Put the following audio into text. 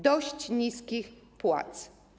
Dość niskich płac.